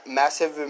massive